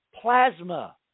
plasma